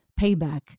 payback